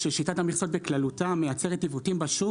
ששיטת המכסות בכללותה מייצרת עיוותים בשוק